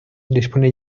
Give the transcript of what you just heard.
dispone